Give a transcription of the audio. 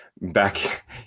back